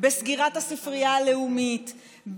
סגירת הספרייה הלאומית,